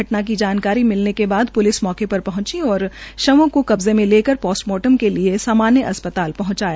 घटना की जानकारी मिलने के बाद प्लिस मौके र हंची और शवों को कब्जे मे लेकर ोस्टमार्टम के लिये सामान्य अस् ताल हंचाया